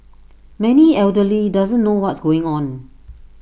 many elderly doesn't know what's going on